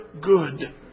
good